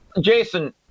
Jason